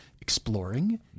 exploring